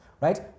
right